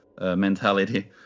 mentality